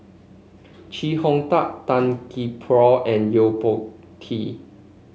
Chee Hong Tat Tan Gee Paw and Yo Po Tee